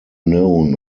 known